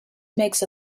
makes